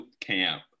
Camp